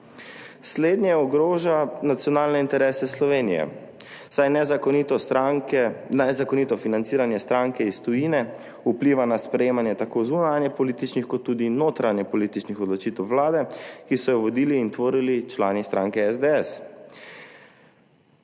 Slednje ogroža nacionalne interese Slovenije, saj nezakonito financiranje stranke iz tujine vpliva na sprejemanje tako zunanjepolitičnih kot tudi notranjepolitičnih odločitev vlade, ki so jo vodili in tvorili člani stranke SDS.